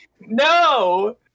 No